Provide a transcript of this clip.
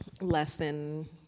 lesson